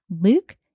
Luke